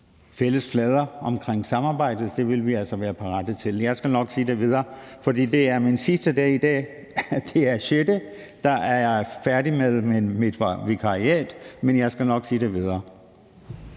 fælles flader omkring et samarbejde, vil vi altså være parate til det. Jeg skal nok sige det videre, for det er min sidste dag i dag. Den 6. er jeg færdig med mit vikariat, men jeg skal nok sige det videre.